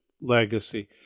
legacy